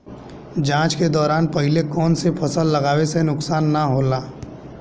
जाँच के दौरान पहिले कौन से फसल लगावे से नुकसान न होला?